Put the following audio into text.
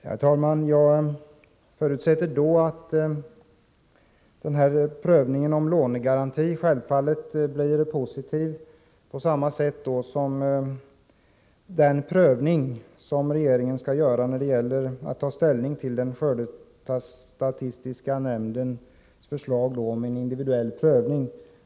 Herr talman! Jag förutsätter självfallet att prövningen beträffande lånegaranti blir lika positiv som då regeringen har att ta ställning till skördestatistiska nämndens förslag om individuell prövning.